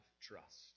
trust